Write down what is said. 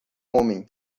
homem